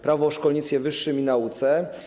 Prawo o szkolnictwie wyższym i nauce.